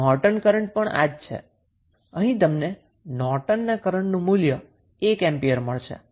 અહીં તમને નોર્ટનના કરન્ટનું મૂલ્ય 1 એમ્પીયર મળે છે